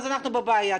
אז אנחנו בבעיה.